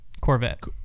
Corvette